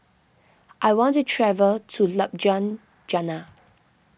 I want to travel to